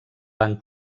van